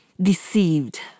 deceived